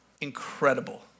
incredible